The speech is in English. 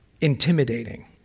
intimidating